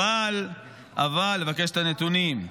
לבקש את הנתונים.